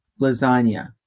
lasagna